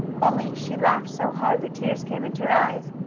only she laughed so hard that tears came into her eyes.